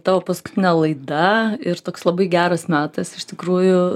tavo paskutinė laida ir toks labai geras metas iš tikrųjų